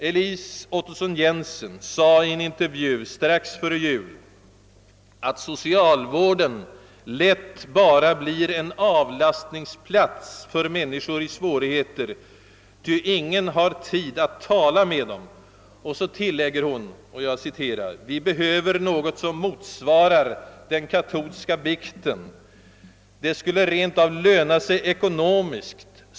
Elise Ottesen-Jensen sade i en intervju strax före jul att socialvården lätt bara blir en avlastningsplats för människor i svårigheter, ty ingen har tid att tala med dem. Och så tillägger hon: »Vi behöver något som motsvarar den katolska bikten .... Det skulle rentav löna sig ekonomiskt.